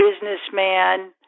businessman